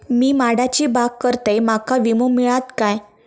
मी माडाची बाग करतंय माका विमो मिळात काय?